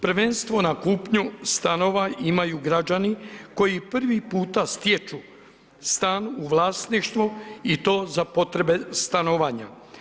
Prvenstvo na kupnju stanova imaju građani koji prvi puta stječu stan u vlasništvu i to za potrebe stanovanja.